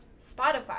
Spotify